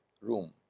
room